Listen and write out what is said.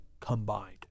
combined